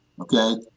Okay